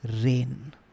rain